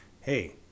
hey